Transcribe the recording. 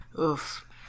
Oof